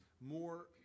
more